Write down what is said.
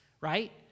Right